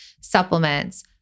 supplements